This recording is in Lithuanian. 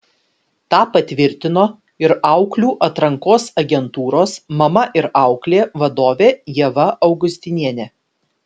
tą patvirtino ir auklių atrankos agentūros mama ir auklė vadovė ieva augustinienė